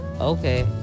Okay